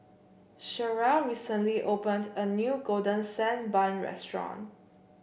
Cherrelle recently opened a new Golden Sand Bun Restaurant